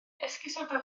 esgusoda